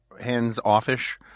hands-offish